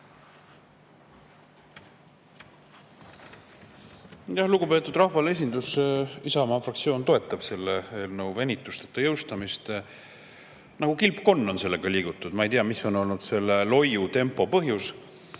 Lugupeetud rahvaesindus! Isamaa fraktsioon toetab selle eelnõu venitusteta jõustamist. Nagu kilpkonn on sellega liigutud. Ma ei tea, mis on olnud selle loiu tempo põhjus.